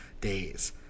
days